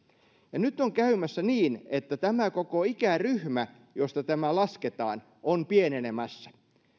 ja nyt on käymässä niin että tämä koko ikäryhmä josta tämä lasketaan on pienenemässä